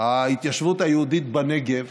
ההתיישבות היהודית בנגב